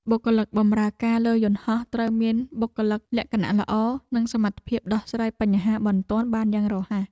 បុគ្គលិកបម្រើការលើយន្តហោះត្រូវមានបុគ្គលិកលក្ខណៈល្អ និងសមត្ថភាពដោះស្រាយបញ្ហាបន្ទាន់បានយ៉ាងរហ័ស។